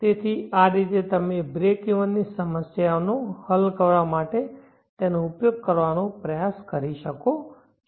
તેથી આ રીતે તમે બ્રેક ઇવન ની સમસ્યાઓ હલ કરવા માટે તેનો ઉપયોગ કરવાનો પ્રયાસ કરી શકો છો